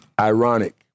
ironic